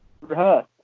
Rehearse